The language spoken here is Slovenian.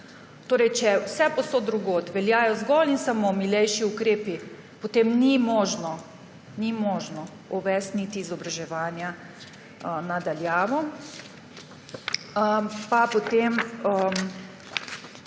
Torej če vsepovsod drugod veljajo zgolj in samo milejši ukrepi, potem ni možno, ni možno uvesti niti izobraževanja na daljavo.